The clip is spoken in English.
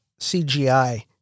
CGI